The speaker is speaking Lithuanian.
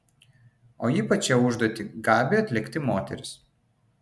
o ypač šią užduotį gabi atlikti moteris